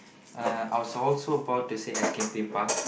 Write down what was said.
uh I was also about to say Escape-Theme-Park